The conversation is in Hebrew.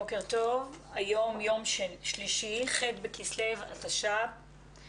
בוקר טוב, היום יום שלישי, ח' בכסלו תשפ"א.